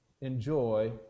enjoy